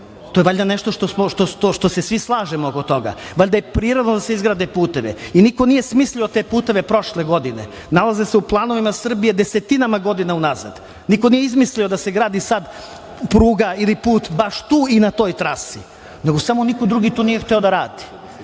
to je valjda nešto oko čega se slažemo. Valjda je prirodno da se izgrade putevi. Niko nije smislio te puteve prošle godine, nalaze se u planovima Srbije desetinama godina unazad. Niko nije izmislio da se gradi sad pruga ili put baš tu i na toj trasi, nego samo niko drugi to nije hteo da radi. Prema